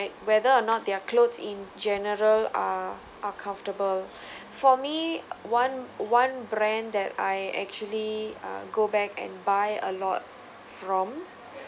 whether or not their clothes in general are are comfortable for me one one brand that I actually uh go back and buy a lot from